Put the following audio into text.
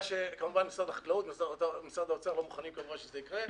מה שכמובן משרד החקלאות ומשרד האוצר לא מוכנים שזה יקרה.